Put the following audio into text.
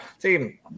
team